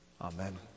Amen